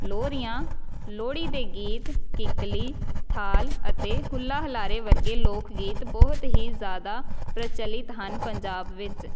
ਲੋਰੀਆਂ ਲੋਹੜੀ ਦੇ ਗੀਤ ਕਿੱਕਲੀ ਥਾਲ ਅਤੇ ਹੁੱਲਾ ਹੁਲਾਰੇ ਵਰਗੇ ਲੋਕ ਗੀਤ ਬਹੁਤ ਹੀ ਜ਼ਿਆਦਾ ਪ੍ਰਚਲਿਤ ਹਨ ਪੰਜਾਬ ਵਿੱਚ